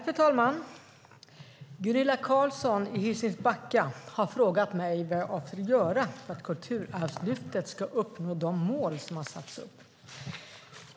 Fru talman! Gunilla Carlsson i Hisings Backa har frågat mig vad jag avser att göra för att Kulturarvslyftet ska uppnå de mål som satts upp.